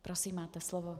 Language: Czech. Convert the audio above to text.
Prosím, máte slovo.